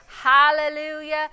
Hallelujah